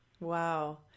wow